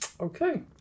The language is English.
Okay